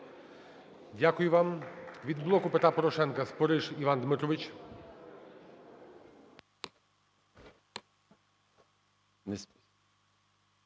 Дякую вам. Від "Блоку Петра Порошенка" Спориш Іван Дмитрович.